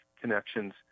connections